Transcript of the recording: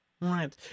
Right